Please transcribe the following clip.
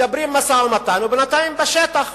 מדברים על משא-ומתן ובינתיים בשטח